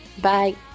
Bye